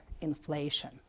inflation